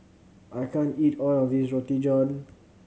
I can't eat all of this Roti John